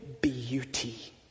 beauty